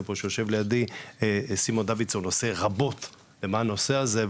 שיושב פה לידי סימון דוידסון עושה רבות בנושא הזה,